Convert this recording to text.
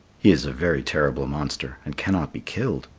he is a very terrible monster and cannot be killed.